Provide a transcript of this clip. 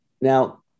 now